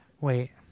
Wait